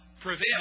prevail